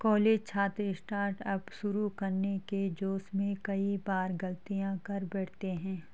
college छात्र startup शुरू करने के जोश में कई बार गलतियां कर बैठते हैं